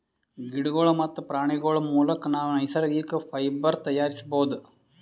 ಗಿಡಗೋಳ್ ಮತ್ತ್ ಪ್ರಾಣಿಗೋಳ್ ಮುಲಕ್ ನಾವ್ ನೈಸರ್ಗಿಕ್ ಫೈಬರ್ ತಯಾರಿಸ್ಬಹುದ್